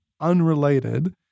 unrelated